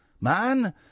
Man